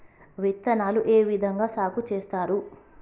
విత్తనాలు ఏ విధంగా సాగు చేస్తారు?